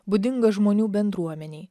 būdingą žmonių bendruomenei